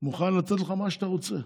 הוא מוכן לתת לך מה שאתה רוצה.